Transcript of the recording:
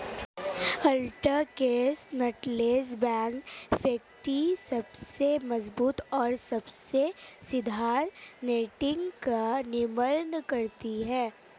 ultra cross knotless web factory सबसे मजबूत और सबसे स्थिर नेटिंग का निर्माण करती है